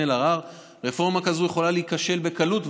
אלהרר: רפורמה כזאת יכולה להיכשל בקלות,